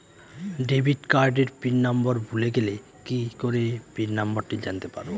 Debit কার্ডের pin number ভুলে গেলে কি করে পিন নম্বরটি জানতে পারবো?